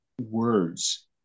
words